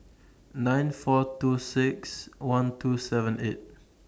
nine four two six one two seven eight